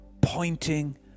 pointing